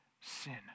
sin